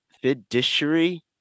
fiduciary